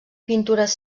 pintures